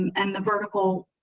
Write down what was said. and the vertical